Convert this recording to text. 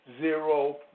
zero